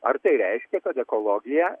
ar tai reiškia kad ekologija